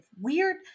weird